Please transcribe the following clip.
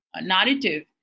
narrative